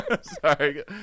Sorry